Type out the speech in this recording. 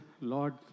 Lord